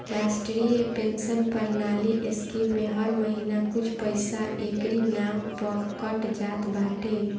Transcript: राष्ट्रीय पेंशन प्रणाली स्कीम में हर महिना कुछ पईसा एकरी नाम पअ कट जात बाटे